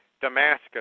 Damascus